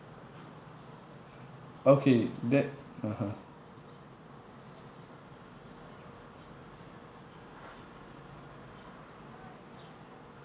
okay that (uh huh)